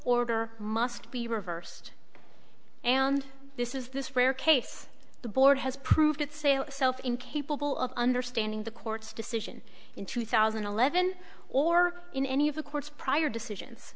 order must be reversed and this is this rare case the board has proved its a self incapable of understanding the court's decision in two thousand and eleven or in any of the court's prior decisions